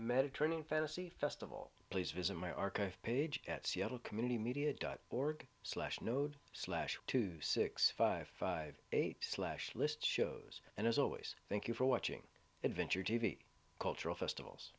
mediterranean fantasy festival please visit my archive page at seattle community media dot org slash node slash two six five five eight slash list shows and as always thank you for watching adventure t v cultural festivals